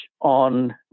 on